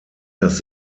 das